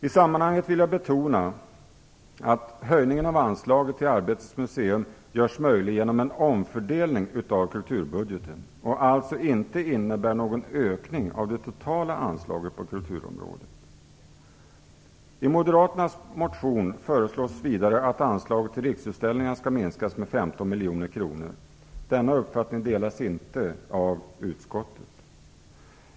I sammanhanget vill jag betona att höjningen av anslaget till Arbetets museum görs möjlig genom en omfördelning av kulturbudgeten och alltså inte innebär någon ökning av det totala anslaget på kulturområdet. I moderaternas motion föreslås vidare att anslaget till Riksutställningar skall minskas med 15 miljoner kronor. Denna uppfattning delas inte av utskottet.